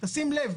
תשים לב,